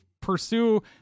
pursue